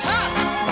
Tops